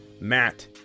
Matt